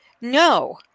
no